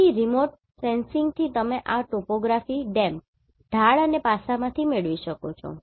તેથી રિમોટ સેન્સિંગથી તમે આ ટોપોગ્રાફી DEM ઢાળ અને પાસામાંથી મેળવી શકો છો